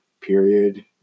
period